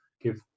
give